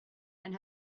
and